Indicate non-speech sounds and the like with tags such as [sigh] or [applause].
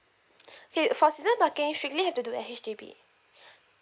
[breath] okay for season parking strictly have to do at H_D_B [breath]